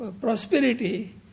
prosperity